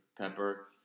Pepper